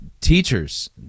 teachers